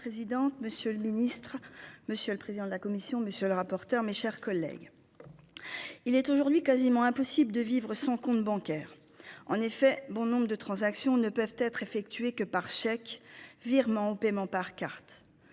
monsieur le ministre, monsieur le président de la commission. Monsieur le rapporteur. Mes chers collègues. Il est aujourd'hui quasiment impossible de vivre son compte bancaire. En effet, bon nombre de transactions ne peuvent être effectués que par chèque, virement au paiement par carte.